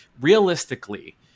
realistically